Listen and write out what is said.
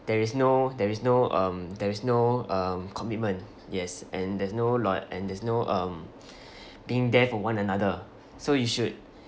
there is no there is no um there is no um commitment yes and there's no loy~ and there's no um being there for one another so you should